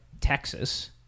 Texas